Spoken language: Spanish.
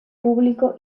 público